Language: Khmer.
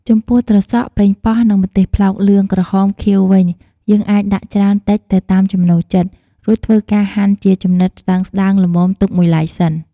ចំពោះត្រសក់ ប៉េងបោះ និង ម្ទេសផ្លោកលឿងក្រហមខៀវវិញ យើងអាចដាក់ច្រើនតិចទៅតាមចំណូលចិត្ត រួចធ្វើការហាន់ជាចំណិតស្តើងៗល្មមទុកមួយឡែកសិន ។